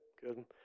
good